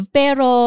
pero